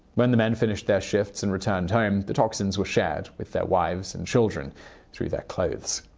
when the men finished their shifts and returned home, the toxins were shared with their wives and children through their clothes.